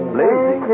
lazy